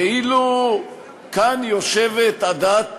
כאילו כאן יושבת עדת,